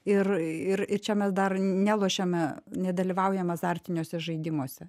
ir ir čia mes dar nelošiame nedalyvaujam azartiniuose žaidimuose